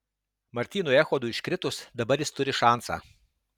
martynui echodui iškritus dabar jis turi šansą